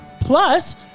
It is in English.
Plus